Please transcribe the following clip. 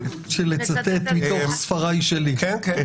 כן.